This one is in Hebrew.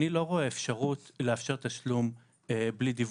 אני לא רואה אפשרות לאפשר תשלום בלי דיווח.